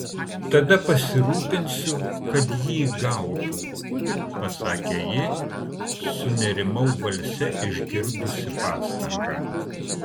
tada pasirūpinsiu kad jį gautų pasakė ji sunerimau balse išgirdusi pastangą